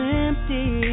empty